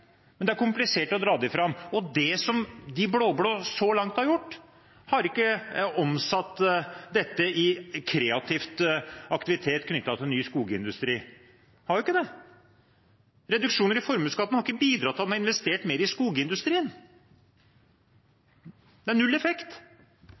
men det er komplisert å dra dem fram. Og så langt har ikke de blå-blå omsatt dette i kreativ aktivitet knyttet til ny skogindustri. De har jo ikke det. Reduksjoner i formuesskatten har ikke bidratt til at man har investert mer i skogindustrien. Det er null effekt.